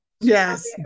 yes